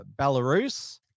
Belarus